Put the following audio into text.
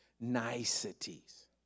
Niceties